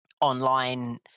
online